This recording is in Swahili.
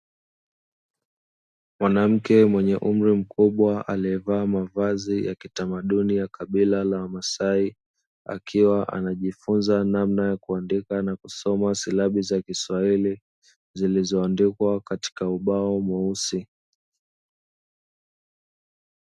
Mwanamke mwenye umri mkubwa akiwa aliyevaa mavazi ya kitamaduni ya kabila la kimasai, akiwa anajifunza namna ya kusoma silabi za kiswahili, zilizoandikwa katika ubao mweusi.